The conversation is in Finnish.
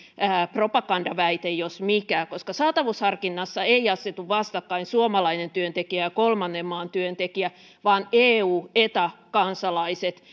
propagandaväite jos mikä koska saatavuusharkinnassa eivät asetu vastakkain suomalainen työntekijä ja kolmannen maan työntekijä vaan eu eta kansalaiset